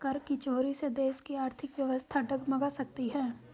कर की चोरी से देश की आर्थिक व्यवस्था डगमगा सकती है